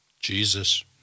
Jesus